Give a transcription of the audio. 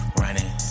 running